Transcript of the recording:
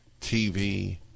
TV